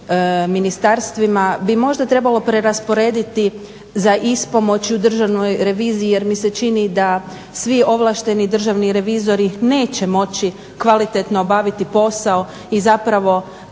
ministarstvima bi možda trebalo prerasporediti za ispomoći u državnoj reviziji jer mi se čini da svi ovlašteni državni revizori neće moći kvalitetno obaviti posao i zapravo